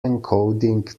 encoding